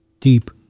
deep